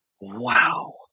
Wow